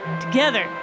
together